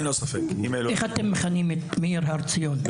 איך אתם מכנים את מאיר הר ציון?